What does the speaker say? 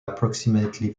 approximately